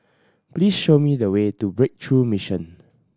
please show me the way to Breakthrough Mission